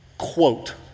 Quote